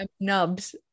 nubs